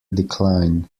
decline